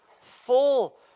Full